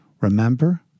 remember